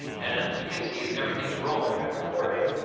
and you can see everything's rolling and i'm recording,